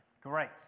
great